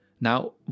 Now